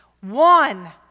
one